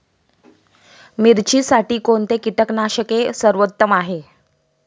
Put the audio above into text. मिरचीसाठी कोणते कीटकनाशके सर्वोत्तम आहे?